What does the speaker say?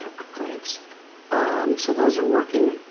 ah complaints so those are working